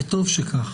וטוב שכך.